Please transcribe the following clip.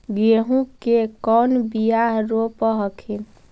गेहूं के कौन बियाह रोप हखिन?